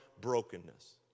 brokenness